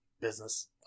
business